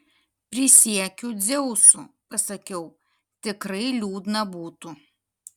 prisiekiu dzeusu pasakiau tikrai liūdna būtų